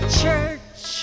church